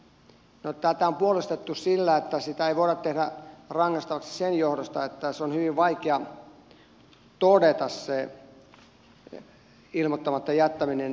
no tätä on puolustettu sillä että sitä ei voida tehdä rangaistavaksi sen johdosta että se ilmoittamatta jättäminen on hyvin vaikea todeta